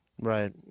Right